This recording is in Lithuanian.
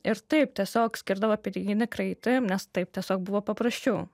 ir taip tiesiog skirdavo piniginį kraitį nes taip tiesiog buvo paprasčiau